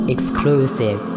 Exclusive